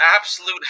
absolute